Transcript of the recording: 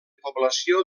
població